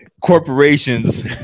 corporations